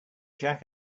jack